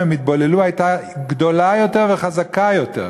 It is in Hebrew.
הם התבוללו הייתה גדולה יותר וחזקה יותר,